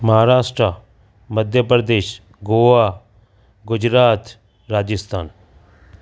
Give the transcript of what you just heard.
Maharashtra Madhya Pradesh Goa Gujarat Rajasthan